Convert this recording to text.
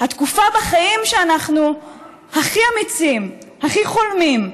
התקופה בחיים שבה אנחנו הכי אמיצים, הכי חולמים,